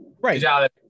Right